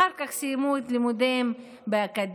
אחר כך סיימו את לימודיהם באקדמיה,